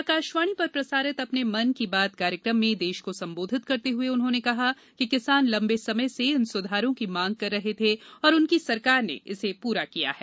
आज आकाशवाणी पर प्रसारित अपने मन की बात कार्यक्रम में देश को संबोधित करते हुए उन्होंने कहा कि किसान लंबे समय से इन सुधारों की मांग कर रहे थे और उनकी सरकार ने इसे पूरा किया है